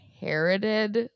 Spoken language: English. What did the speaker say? inherited